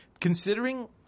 Considering